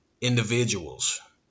individuals